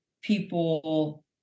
people